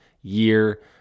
year